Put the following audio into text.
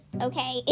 okay